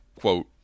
quote